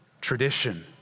tradition